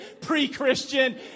pre-Christian